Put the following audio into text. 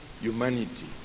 humanity